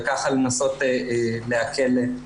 וככה לנסות לעדכן את הדבר הזה.